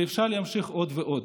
ואפשר להמשיך עוד ועוד.